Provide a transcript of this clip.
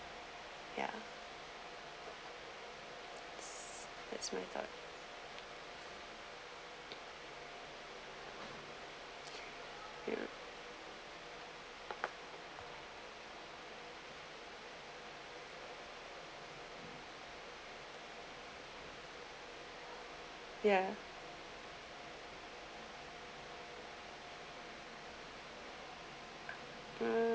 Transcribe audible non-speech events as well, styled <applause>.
ya that's my thought <noise> ya um